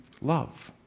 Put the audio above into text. love